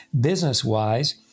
business-wise